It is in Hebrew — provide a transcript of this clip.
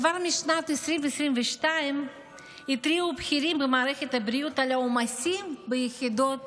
כבר משנת 2022 התריעו בכירים במערכת הבריאות על העומסים ביחידות